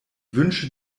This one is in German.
wünsche